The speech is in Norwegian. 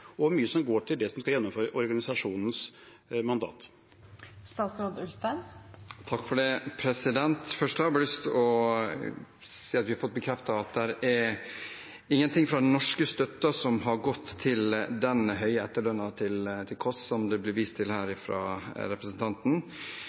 og hvor mye som går til det som skal gjennomføres med organisasjonens mandat. Først har jeg bare lyst til å si at vi har fått bekreftet at ingenting av den norske støtten har gått til den høye etterlønnen til Koss som det ble vist til her